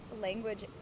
language